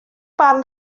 barn